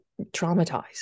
traumatized